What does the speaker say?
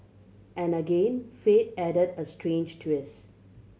and again fate added a strange twist